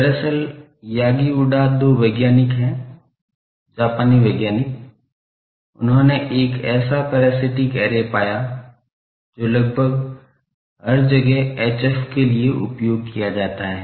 दरअसल Yagi Uda दो वैज्ञानिक हैं जापानी वैज्ञानिक उन्होंने एक ऐसा पैरासिटिक ऐरे पाया जो लगभग हर जगह HF के लिए उपयोग किया जाता है